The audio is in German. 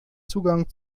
zugang